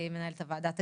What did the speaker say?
מנהלת הוועדה תגיד,